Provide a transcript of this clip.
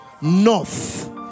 north